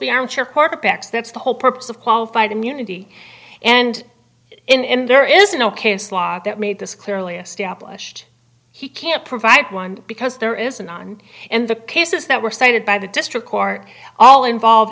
be armchair quarterbacks that's the whole purpose of qualified immunity and in there is no case law that made this clearly established he can't provide one because there is an on and the cases that were cited by the district court all involve